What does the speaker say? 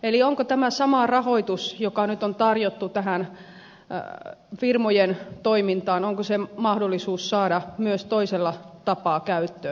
eli onko tämä sama rahoitus joka nyt on tarjottu tähän firmojen toimintaan mahdollisuus saada myös toisella tapaa käyttöön